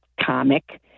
comic